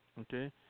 Okay